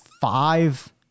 five